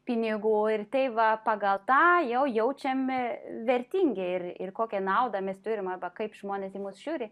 pinigų ir tai va pagal tą jau jaučiame vertingi ir ir kokią naudą mes turim arba kaip žmonės į mus žiūri